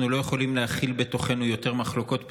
אנחנו לא יכולים להכיל בתוכנו יותר מחלוקות פנימיות,